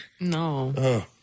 No